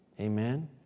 Amen